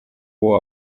ubu